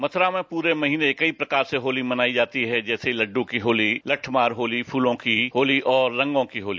मथुरा में पूरे महीने कई प्रकार से होली मनाई जाती है जैसे कि लड्डू की होली लड्डमार होती फूलों की होती और रंगों की होती